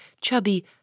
chubby